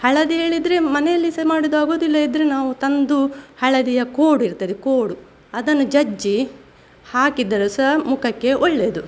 ಹಳದಿ ಹೇಳಿದರೆ ಮನೆಯಲ್ಲಿ ಸಹ ಮಾಡುವುದು ಆಗೋದು ಇಲ್ಲದಿದ್ದರೆ ನಾವು ತಂದು ಹಳದಿಯ ಕೋಡು ಇರ್ತದೆ ಕೋಡು ಅದನ್ನು ಜಜ್ಜಿ ಹಾಕಿದರು ಸಹ ಮುಖಕ್ಕೆ ಒಳ್ಳೆಯದು